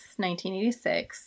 1986